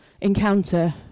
encounter